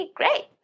great